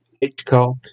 Hitchcock